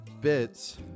bits